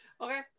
Okay